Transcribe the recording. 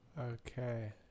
Okay